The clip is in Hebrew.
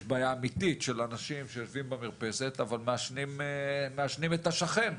יש בעיה אמיתית של אנשים שיושבים במרפסת ומעשנים את השכן.